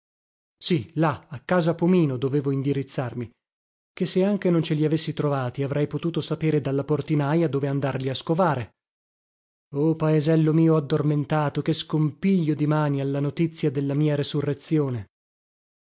sì là a casa pomino dovevo indirizzarmi che se anche non ce li avessi trovati avrei potuto sapere dalla portinaja dove andarli a scovare oh paesello mio addormentato che scompiglio dimani alla notizia della mia resurrezione